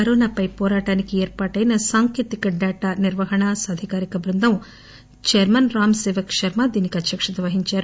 కరోనాపై వోరాటానికి ఏర్పాటైన సాంకేతిక డాటా నిర్వహణ సాధికారిక బృందం చైర్మన్ రామ్ సేవక్ శర్మ దీనికి అధ్యక్షత వహించారు